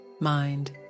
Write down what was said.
mind